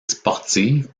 sportives